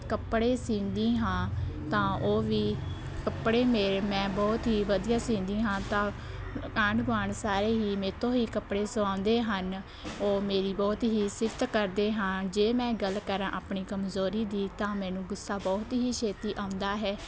ਕੱਪੜੇ ਸੀਂਦੀ ਹਾਂ ਤਾਂ ਉਹ ਵੀ ਕੱਪੜੇ ਮੇਰੇ ਮੈਂ ਬਹੁਤ ਹੀ ਵਧੀਆ ਸੀਂਦੀ ਹਾਂ ਤਾਂ ਆਂਢ ਗੁਆਂਢ ਸਾਰੇ ਹੀ ਮੈਤੋਂ ਹੀ ਕੱਪੜੇ ਸਵਾਉਂਦੇ ਹਨ ਉਹ ਮੇਰੀ ਬਹੁਤ ਹੀ ਸਿਫਤ ਕਰਦੇ ਹਾਂ ਜੇ ਮੈਂ ਗੱਲ ਕਰਾਂ ਆਪਣੀ ਕਮਜ਼ੋਰੀ ਦੀ ਤਾਂ ਮੈਨੂੰ ਗੁੱਸਾ ਬਹੁਤ ਹੀ ਛੇਤੀ ਆਉਂਦਾ ਹੈ